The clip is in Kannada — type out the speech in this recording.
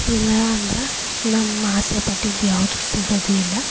ಇಲ್ಲ ಅಂದ್ರೆ ನಮ್ಮ ಆಸೆ ಪಟ್ಟಿದ್ದು ಯಾವುದು ಸಿಗೋದು ಇಲ್ಲ